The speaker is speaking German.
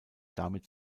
damit